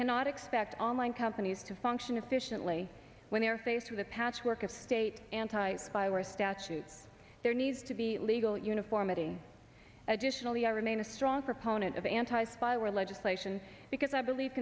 cannot expect online companies to function efficiently when they are faced with a patchwork of state anti piracy statutes there needs to be legal uniformity additionally i remain a strong proponent of anti spyware legislation because i believe